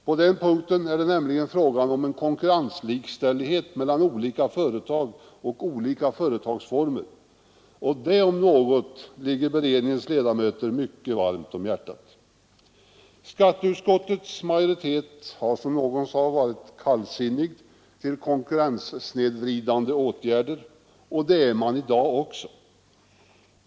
På den punkten är det nämligen fråga om en konkurrenslikställighet mellan olika företag och olika företagsformer, något som ligger beredningens ledamöter mycket varmt om hjärtat. Skatteutskottets majoritet har, som någon sade, alltid varit kallsinnig till konkurrenssnedvridande åtgärder, vilket den är också i dag.